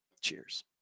Cheers